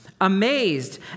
amazed